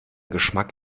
geschmack